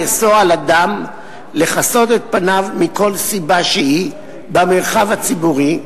לאסור על אדם לכסות את פניו מכל סיבה שהיא במרחב הציבורי,